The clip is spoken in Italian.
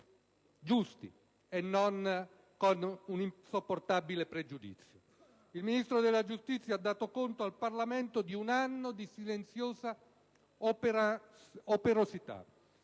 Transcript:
giusti e non con un insopportabile pregiudizio. Il Ministro della giustizia ha dato conto al Parlamento di un anno di silenziosa operosità.